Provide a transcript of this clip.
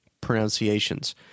pronunciations